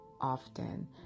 often